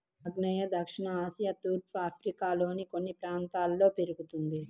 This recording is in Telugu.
ఆగ్నేయ దక్షిణ ఆసియా తూర్పు ఆఫ్రికాలోని కొన్ని ప్రాంతాల్లో పెరుగుతుంది